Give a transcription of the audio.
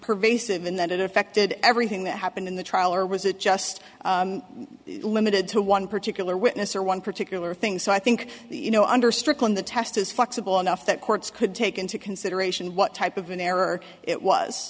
pervasive and that it affected everything that happened in the trial or was it just limited to one particular witness or one particular thing so i think you know under strickland the test is flexible enough that courts could take into consideration what type of an error it was